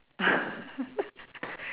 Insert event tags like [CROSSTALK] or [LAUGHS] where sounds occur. [LAUGHS]